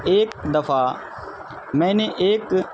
ایک دفعہ میں نے ایک